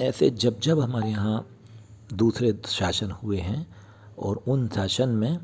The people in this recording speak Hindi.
ऐसे जब जब हमारे यहाँ दूसरे शासन हुए हैं और उन शासन में